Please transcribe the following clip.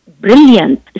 brilliant